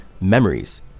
memories